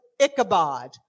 Ichabod